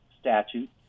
statute